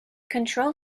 control